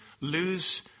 lose